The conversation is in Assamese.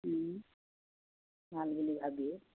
ভাল বুলি ভাবিয়ে